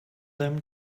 them